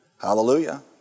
Hallelujah